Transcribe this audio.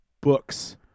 books